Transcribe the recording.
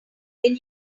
then